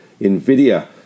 Nvidia